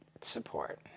support